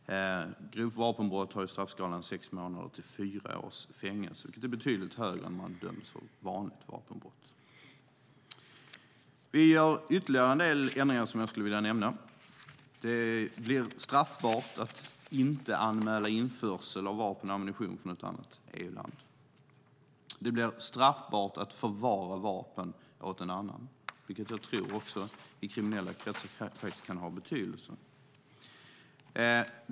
Straffskalan för grovt vapenbrott är från sex månaders till fyra års fängelse. Det är ett betydligt högre straff än för vanligt vapenbrott. Vi gör ytterligare en del ändringar som jag skulle vilja nämna. Det blir straffbart att inte anmäla införsel av vapen och ammunition från ett annat EU-land. Det blir straffbart att förvara vapen åt en annan, vilket jag tror kan ha betydelse också i kriminella kretsar.